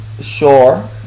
Sure